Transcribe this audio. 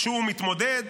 כשהוא מתמודד,